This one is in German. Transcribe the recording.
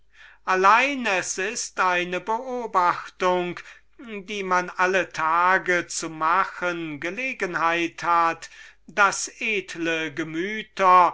allein es ist eine beobachtung die man alle tage zu machen gelegenheit hat daß edle gemüter